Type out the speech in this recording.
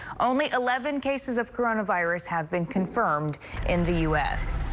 only eleven cases of coronavirus have been confirmed in the u s.